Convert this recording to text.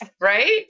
right